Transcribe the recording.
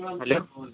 hello